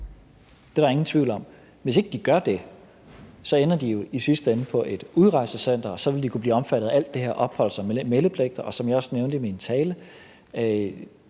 det er der ingen tvivl om. Hvis ikke de gør det, ender de jo i sidste ende på et udrejsecenter, og så vil de kunne blive omfattet af alt det her opholds- og meldepligt. Og som jeg også nævnte i min tale,